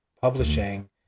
publishing